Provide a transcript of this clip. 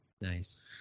Nice